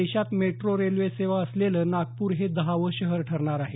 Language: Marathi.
देशात मेट्रो रेल्वे सेवा असलेलं नागपूर हे दहावं शहर ठरणार आहे